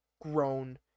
grown